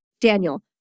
Daniel